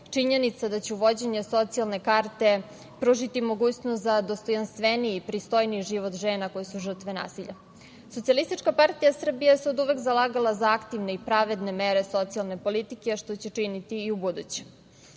činjenica da će uvođenje socijalne karte pružiti mogućnost za dostojanstveniji, pristojniji život žena koje su žrtve nasilja. Socijalistička partija Srbije se oduvek zalagala za aktivne i pravedne mere socijalne politike, što će činiti i